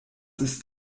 ist